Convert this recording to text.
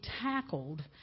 tackled